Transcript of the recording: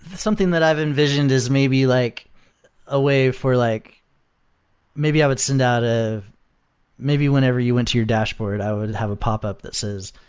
something that i've envisioned is maybe like a way for like maybe i would send out ah a maybe whenever you went to your dashboard, i would have a popup that says,